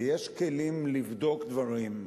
ויש כלים לבדוק דברים.